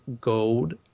gold